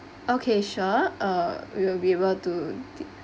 okay sure uh we will be able to